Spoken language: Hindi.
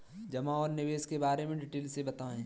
जमा और निवेश के बारे में डिटेल से बताएँ?